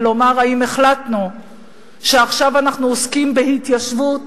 ולומר אם החלטנו שעכשיו אנחנו עוסקים בהתיישבות